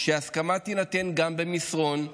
שההסכמה תינתן גם במסרון,